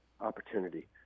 opportunity